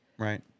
Right